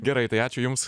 gerai tai ačiū jums